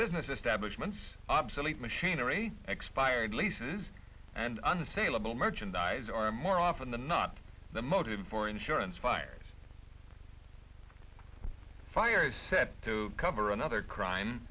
business establishments obsolete machinery expired leases and unassailable merchandise are more often than not the motive for insurance finance fire is said to cover another crime